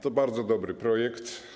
To bardzo dobry projekt.